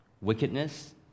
Wickedness